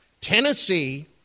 Tennessee